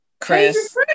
chris